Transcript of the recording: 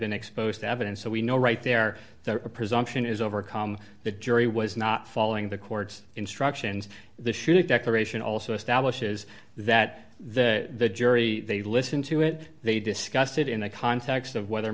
been exposed to evidence so we know right there that the presumption is overcome the jury was not following the court's instructions the shooting declaration also establishes that the jury they listen to it they discussed it in a context of whether